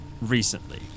recently